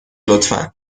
لطفا